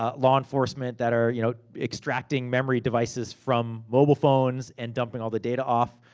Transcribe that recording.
ah law enforcement that are you know extracting memory devices from mobile phones, and dumping all the data off,